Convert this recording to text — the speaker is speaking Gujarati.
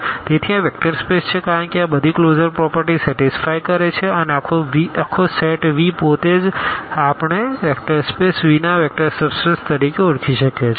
તેથી આ વેક્ટર સ્પેસ છે કારણ કે આ બધી ક્લોઝર પ્રોપરટી સેટીસફાઈ કરે છે અને આખો સેટ V પોતે જ આપણે વેક્ટર સ્પેસ Vના વેક્ટર સબ સ્પેસ તરીકે ઓળખી શકીએ છીએ